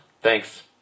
Thanks